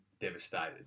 devastated